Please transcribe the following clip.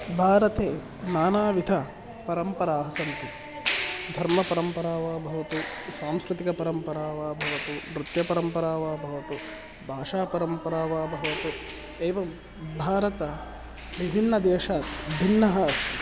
भारते नानाविधपरम्पराः सन्ति धर्मपरम्परा वा भवतु संस्कृतिकपरम्परा वा भवतु नृत्यपरम्परा वा भवतु भाषापरम्परा वा भवतु एवं भारतः विभिन्नदेशात् भिन्नः अस्ति